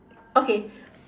okay